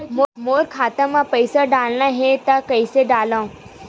मोर खाता म पईसा डालना हे त कइसे डालव?